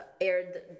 aired